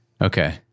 okay